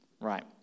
Right